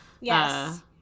yes